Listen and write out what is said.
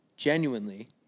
Genuinely